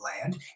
land